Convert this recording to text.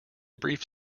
brief